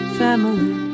family